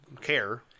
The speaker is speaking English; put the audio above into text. care